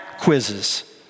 quizzes